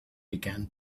began